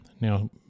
Now